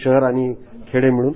शहर आणि खेडे मिळून